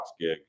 gig